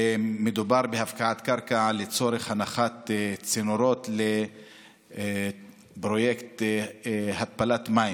ומדובר בהפקעת קרקע לצורך הנחת צינורות לפרויקט התפלת מים.